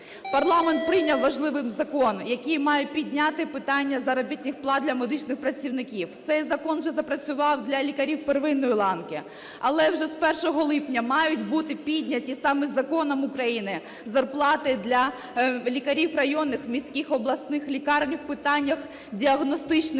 Парламент прийняв важливий закон, який має підняти питання заробітних плат для медичних працівників. Цей закон вже запрацював для лікарів первинної ланки. Але вже з 1 липня мають бути підняті саме законом України зарплати для лікарів районних, міських, обласних лікарень в питаннях діагностичних